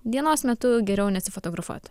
dienos metu geriau nesifotografuot